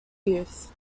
youth